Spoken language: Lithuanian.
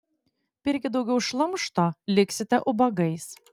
pirkit daugiau šlamšto liksite ubagais